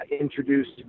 introduced